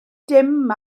dim